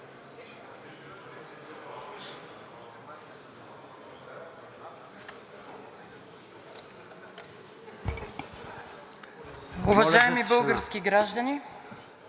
Уважаеми български граждани,